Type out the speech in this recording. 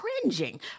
cringing